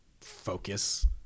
focus